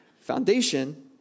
foundation